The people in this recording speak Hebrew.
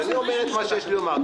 אז אני אומר את מה שיש לי לומר.